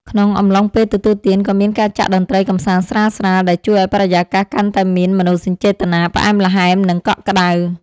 ក្នុងអំឡុងពេលទទួលទាន ក៏មានការចាក់តន្ត្រីកម្សាន្តស្រាលៗ ដែលជួយឱ្យបរិយាកាសកាន់តែមានមនោសញ្ចេតនាផ្អែមល្ហែម និងកក់ក្ដៅ។